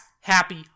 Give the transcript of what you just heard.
happy